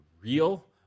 real